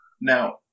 Now